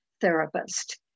therapist